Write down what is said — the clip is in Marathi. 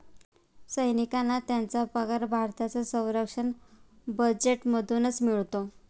सैनिकांना त्यांचा पगार भारताच्या संरक्षण बजेटमधूनच मिळतो